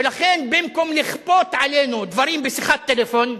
ולכן במקום לכפות עלינו דברים בשיחת טלפון,